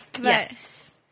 yes